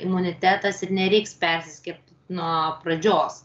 imunitetas ir nereiks persiskiepyt nuo pradžios